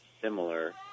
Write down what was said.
similar